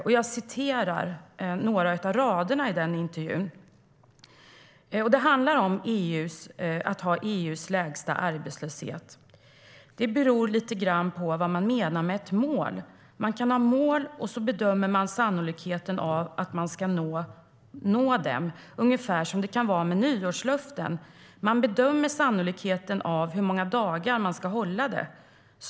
Jag ska citera några rader från den intervjun som handlar om att ha EU:s lägsta arbetslöshet: "Det beror litegrann på vad man menar med ett mål. Man kan ha mål och så bedömer man sannolikheten av att man ska nå dem, ungefär som det kan vara med nyårslöften, man bedömer sannolikheten av hur många dagar man ska hålla det."